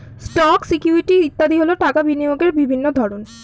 stocks, equity ইত্যাদি হল টাকা বিনিয়োগের বিভিন্ন ধরন